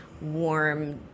warm